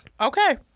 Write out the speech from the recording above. Okay